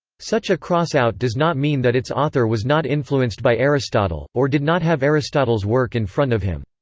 such a cross-out does not mean that its author was not influenced by aristotle, or did not have aristotle's work in front of him.